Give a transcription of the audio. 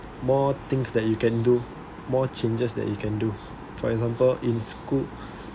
more things that you can do more changes that you can do for example in school